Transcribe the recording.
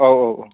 औ औ औ